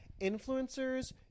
Influencers